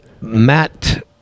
matt